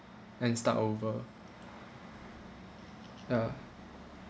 and start over ya